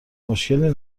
مشکلی